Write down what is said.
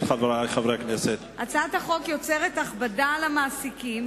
הצעת החוק יוצרת הכבדה על המעסיקים,